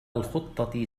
الخطة